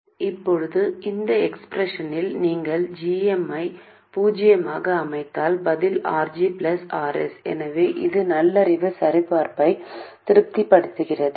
இப்போது இந்த எக்ஸ்ப்ரெஷனில் நீங்கள் gm ஐ பூஜ்ஜியமாக அமைத்தால் பதில் RG Rs எனவே இது நல்லறிவு சரிபார்ப்பை திருப்திப்படுத்துகிறது